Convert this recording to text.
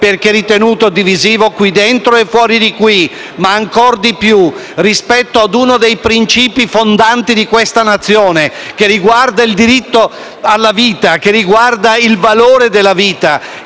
perché ritenuto divisivo qui dentro e fuori di qui. Rispetto a uno dei principi fondanti di questa Nazione, che riguarda il diritto alla vita, il valore della vita